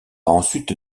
ensuite